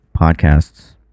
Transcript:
podcasts